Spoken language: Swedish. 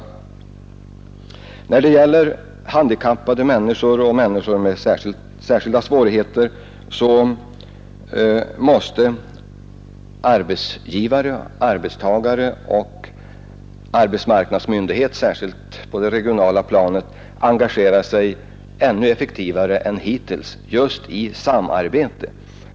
När det gäller handikappade människor och människor med särskilda svårigheter måste arbetsgivare, arbetstagare och arbetsmarknadsmyndig heter — speciellt på det regionala planet — engagera sig ännu effektivare än hittills just i samarbete.